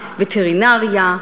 וטרינריה,